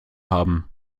haben